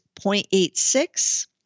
0.86